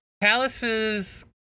palaces